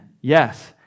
Yes